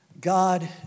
God